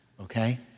okay